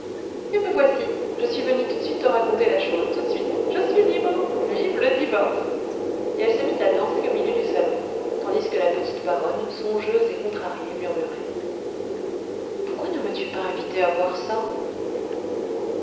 et me voici je suis venue tout de suite te raconter la chose tout de suite je suis libre vive le divorce et elle se mit à danser au milieu du salon tandis que la petite baronne songeuse et contrariée murmurait pourquoi ne m'as-tu pas invitée à voir ça